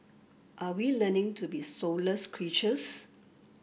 are we learning to be soulless creatures